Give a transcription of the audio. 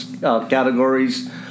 categories